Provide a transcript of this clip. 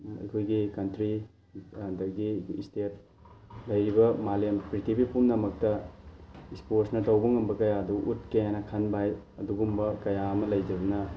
ꯑꯩꯈꯣꯏꯒꯤ ꯀꯟꯇ꯭ꯔꯤ ꯑꯗꯒꯤ ꯏꯁꯇꯦꯠ ꯂꯩꯔꯤꯕ ꯃꯥꯂꯦꯝ ꯄ꯭ꯔꯤꯊꯤꯕꯤ ꯄꯨꯝꯅꯃꯛꯇ ꯏꯁꯄꯣꯔꯠꯁꯅ ꯇꯧꯕ ꯉꯝꯕ ꯀꯌꯥ ꯑꯗꯨ ꯎꯠꯀꯦ ꯍꯥꯏꯅ ꯈꯟꯕ ꯑꯗꯨꯒꯨꯝꯕ ꯀꯌꯥ ꯑꯃ ꯂꯩꯖꯕꯅ